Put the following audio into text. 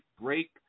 break